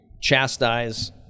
chastise